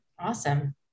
Awesome